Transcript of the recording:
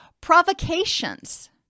Provocations